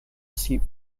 seat